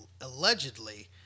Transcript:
Allegedly